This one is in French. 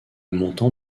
montant